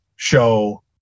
show